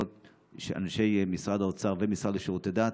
אנשי משרד האוצר והמשרד לשירותי הדת,